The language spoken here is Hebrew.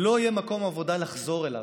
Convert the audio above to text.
לא יהיה מקום עבודה לחזור אליו.